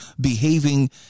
behaving